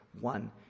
one